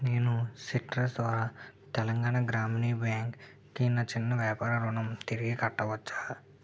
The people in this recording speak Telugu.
నేను సిట్రస్ ద్వారా తెలంగాణ గ్రామీణ బ్యాంక్కి నా చిన్న వ్యాపార రుణం తిరిగి కట్టవచ్చా